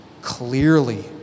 clearly